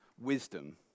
Wisdom